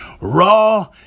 Raw